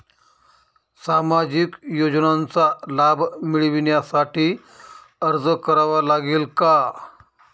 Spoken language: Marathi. सामाजिक योजनांचा लाभ मिळविण्यासाठी अर्ज करावा लागेल का?